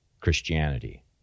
Christianity